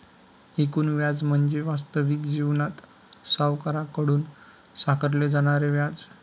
एकूण व्याज म्हणजे वास्तविक जीवनात सावकाराकडून आकारले जाणारे व्याज